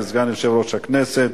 סגן יושב-ראש הכנסת.